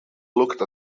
looked